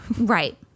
Right